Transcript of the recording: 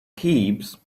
keeps